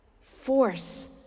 force